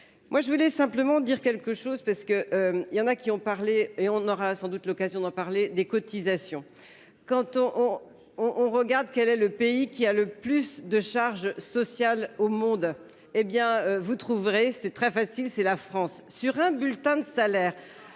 Moi je voulais simplement dire quelque chose parce que il y en a qui ont parlé et on aura sans doute l'occasion d'en parler des cotisations quand on on on on regarde quel est le pays qui a le plus de charges sociales au monde. Hé bien vous trouverez. C'est très facile, c'est la France sur un bulletin de salaire